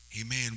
Amen